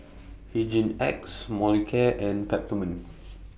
Hygin X Molicare and Peptamen